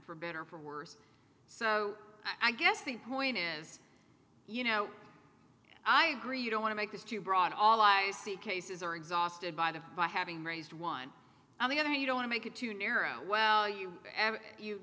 for better or worse so i guess the point is you know i agree you don't want to make this too broad all i see cases are exhausted by the by having raised one on the other you don't make it too narrow well you have you